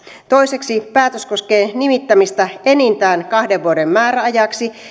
toiseksi silloin kun päätös koskee nimittämistä enintään kahden vuoden määräajaksi